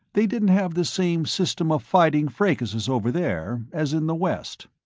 they didn't have the same system of fighting fracases over there, as in the west.